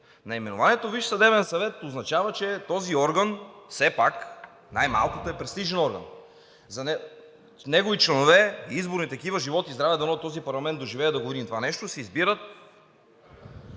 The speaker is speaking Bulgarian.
Наименованието Висш съдебен съвет означава, че този орган все пак, най-малкото, е престижен орган. За негови членове, изборни такива, живот и здраве, дано този парламент доживее да го видим това нещо, се избират